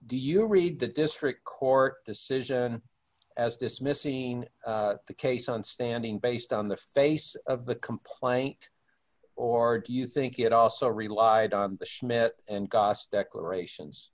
do you read the district court decision as dismissing the case on standing based on the face of the complaint or do you think it also relied on the schmidt and gus declarations